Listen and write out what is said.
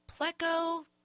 Pleco